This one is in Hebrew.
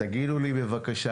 תגידו לי בבקשה.